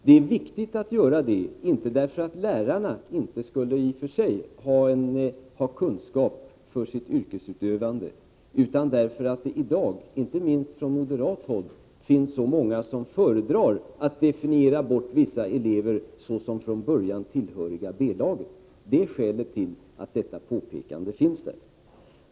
Det är viktigt att göra det, inte därför att lärarna inte skulle ha kunskap för sitt yrkesutövande, utan därför att det i dag — inte minst från moderat håll — finns så många som föredrar att definiera bort vissa elever såsom från början tillhöriga B-laget. Det är skälet till att detta påpekande finns där.